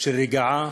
של רגיעה.